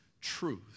truth